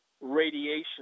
radiation